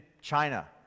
China